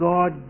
God